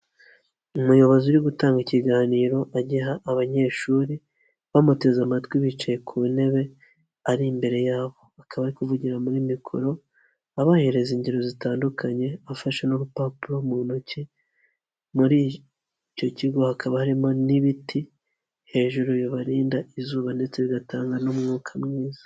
Umuyobozi uri gutanga ikiganiro agiha abanyeshuri bamuteze amatwi bicaye ku ntebe ari imbere yabo, akaba kuvugira muri mikoro abahereza ingero zitandukanye afashe n'urupapuro mu ntoki muri icyo kigo hakaba harimo n'ibiti hejuru bibarinda izuba ndetse bigatanga n'umwuka mwiza.